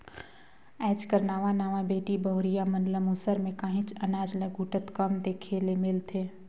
आएज कर नावा नावा बेटी बहुरिया मन ल मूसर में काहींच अनाज ल कूटत कम देखे ले मिलथे